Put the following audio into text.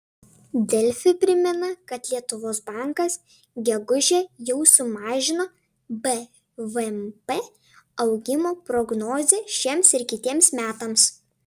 delfi primena kad lietuvos bankas gegužę jau sumažino bvp augimo prognozę šiems ir kitiems metams